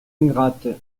ingrate